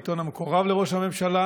העיתון המקורב לראש הממשלה,